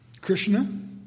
Krishna